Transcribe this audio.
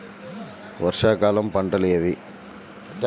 వర్షాకాలం పంటలు ఏవి?